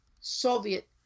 Soviet